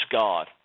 God